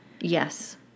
Yes